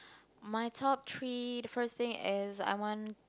my top three the first thing is I want